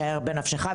אשר בנפשך,